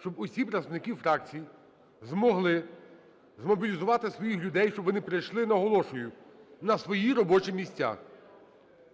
щоб усі представники фракцій змогли змобілізувати своїх людей, щоб вони прийшли, наголошую, на свої робочі місця.